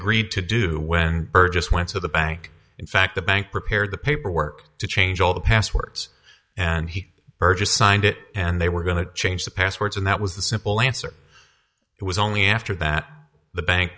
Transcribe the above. agreed to do when burgess went to the bank in fact the bank prepared the paperwork to change all the passwords and he purchased signed it and they were going to change the passwords and that was the simple answer it was only after that the bank